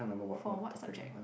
for what subject